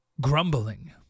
grumbling